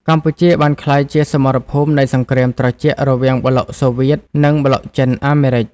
កម្ពុជាបានក្លាយជាសមរភូមិនៃសង្គ្រាមត្រជាក់រវាងប្លុកសូវៀត និងប្លុកចិន-អាមេរិក។